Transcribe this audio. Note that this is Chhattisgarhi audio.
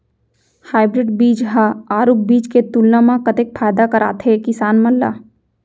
हाइब्रिड बीज हा आरूग बीज के तुलना मा कतेक फायदा कराथे किसान मन ला?